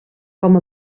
com